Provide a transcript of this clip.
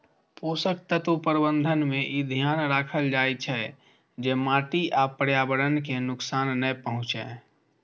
पोषक तत्व प्रबंधन मे ई ध्यान राखल जाइ छै, जे माटि आ पर्यावरण कें नुकसान नै पहुंचै